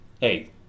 Hey